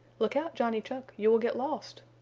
look out, johnny chuck, you will get lost,